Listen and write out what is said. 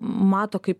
mato kaip